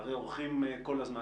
הרי עורכים כל הזמן.